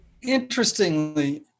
Interestingly